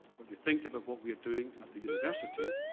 what you think about what we're. you're doing at the university,